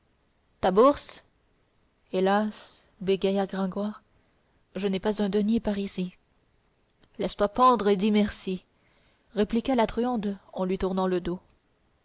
ta bourse hélas bégaya gringoire je n'ai pas un denier parisis laisse-toi pendre et dis merci répliqua la truande en lui tournant le dos